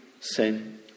sin